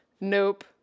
Nope